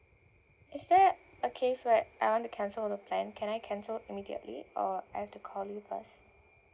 is there a case where I want to cancel the plan can I cancel immediately or I have to call you first